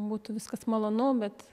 būtų viskas malonu bet